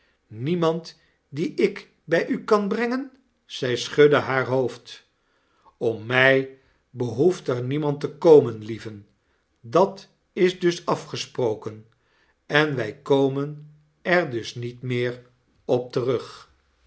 memand dien ik bij u kan brengen zij schudde haar hoofd om mij behoeft er niemand te komen lieve dat is dus afgesproken en wij komen er dus niet meer op terug